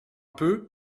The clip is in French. peu